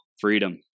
Freedom